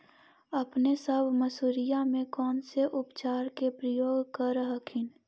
अपने सब मसुरिया मे कौन से उपचार के प्रयोग कर हखिन?